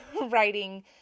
writing